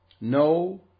No